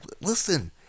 Listen